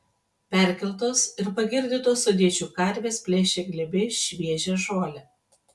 perkeltos ir pagirdytos sodiečių karvės plėšė glėbiais šviežią žolę